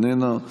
איננה,